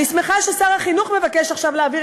אני שמחה ששר החינוך מבקש עכשיו להעביר